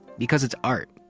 because it's art.